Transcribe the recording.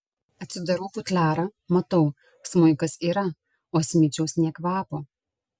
atsidarau futliarą matau smuikas yra o smičiaus nė kvapo